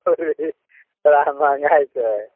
अरे बड़ा महंगा है सर